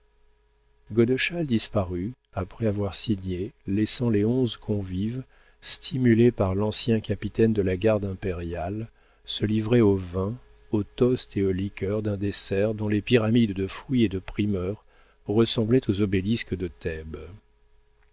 après avoir signé laissant les onze convives stimulés par l'ancien capitaine de la garde impériale se livrer aux vins aux toasts et aux liqueurs d'un dessert dont les pyramides de fruits et de primeurs ressemblaient aux obélisques de